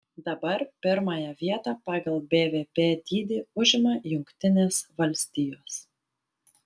dabar pirmąją vietą pagal bvp dydį užima jungtinės valstijos